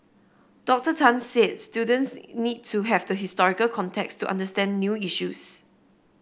Doctor Tan said students need to have the historical context to understand new issues